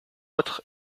autres